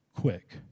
quick